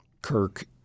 Kirk